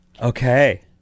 Okay